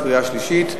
לקריאה שלישית.